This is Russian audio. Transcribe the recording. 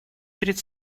перед